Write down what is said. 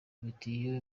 ibitiyo